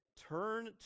turn